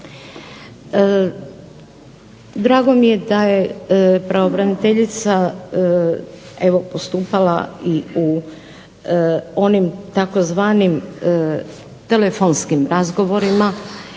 Drago mi je da je pravobraniteljica evo postupala i u onim tzv. telefonskim razgovorima